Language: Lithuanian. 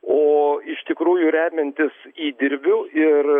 o iš tikrųjų remiantis įdirbiu ir